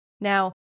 Now